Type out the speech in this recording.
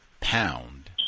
pound